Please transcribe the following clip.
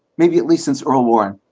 maybe at least since earl warren